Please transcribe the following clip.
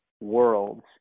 worlds